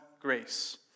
grace